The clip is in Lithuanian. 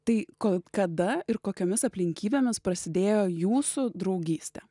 tai ko kada ir kokiomis aplinkybėmis prasidėjo jūsų draugystė